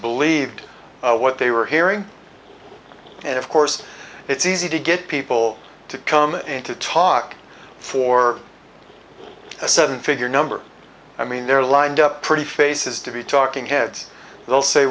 believed what they were hearing and of course it's easy to get people to come in to talk for a seven figure number i mean they're lined up pretty faces to be talking heads they'll say